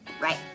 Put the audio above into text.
right